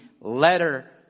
letter